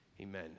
amen